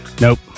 nope